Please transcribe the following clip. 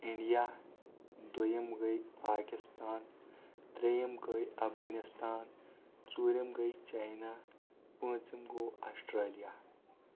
India دۄیِم گٔے پاکستان ترٛیِم گٔے افغٲنستان ژوٗرِم گٔے چاینا پوٗنژِم گوٚو اسٹریلیا